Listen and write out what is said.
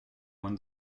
won